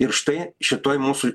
ir štai šitoj mūsų